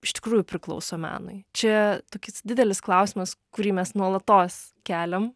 iš tikrųjų priklauso menui čia toks didelis klausimas kurį mes nuolatos keliam